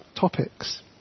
topics